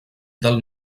del